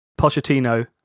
Pochettino